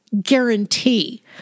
guarantee